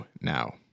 now